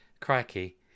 Crikey